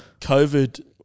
COVID